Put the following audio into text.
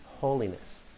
holiness